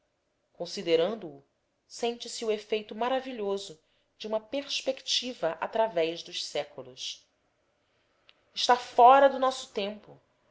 considerando o sente-se o efeito maravilhoso de uma perspectiva através dos séculos está fora do nosso tempo